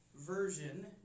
version